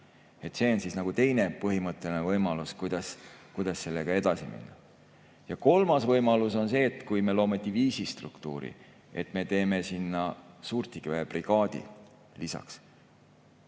See on siis teine põhimõtteline võimalus, kuidas edasi minna. Ja kolmas võimalus on see, et kui me loome diviisistruktuuri, siis me teeme sinna suurtükiväebrigaadi lisaks.